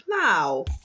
now